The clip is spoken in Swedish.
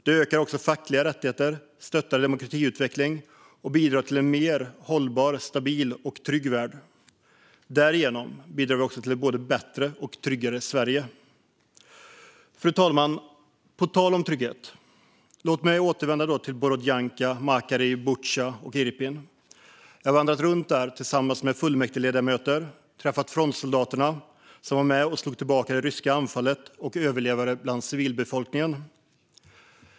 Det ökar också fackliga rättigheter, stöttar demokratiutveckling och bidrar till en mer hållbar, stabil och trygg värld. Därigenom bidrar vi också till ett bättre och tryggare Sverige. Fru talman! På tal om trygghet: Låt mig återvända till Borodjanka, Makariv, Butja och Irpin. Jag har vandrat runt där tillsammans med fullmäktigeledamöter och träffat frontsoldaterna som var med och slog tillbaka det ryska anfallet samt överlevare bland civilbefolkningen.